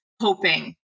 hoping